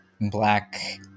black